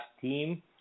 team